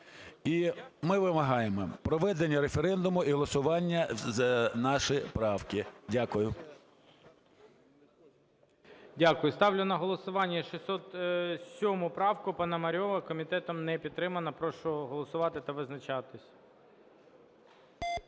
І ми вимагаємо проведення референдуму і голосування за наші правки. Дякую. ГОЛОВУЮЧИЙ. Дякую. Ставлю на голосування 607 правку Пономорьова. Комітетом не підтримана. Прошу голосувати та визначатись.